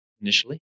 initially